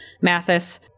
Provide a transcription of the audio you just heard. Mathis